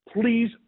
please